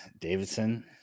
Davidson